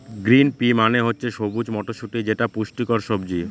green pea মানে হচ্ছে সবুজ মটরশুটি যেটা পুষ্টিকর সবজি